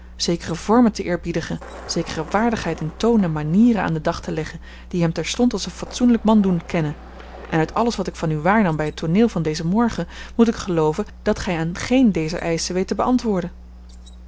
zekere vormen te eerbiedigen zekere waardigheid in toon en manieren aan den dag te leggen die hem terstond als een fatsoenlijk man doen kennen en uit alles wat ik van u waarnam bij het tooneel van dezen morgen moet ik gelooven dat gij aan geen dezer eischen weet te beantwoorden